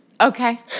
Okay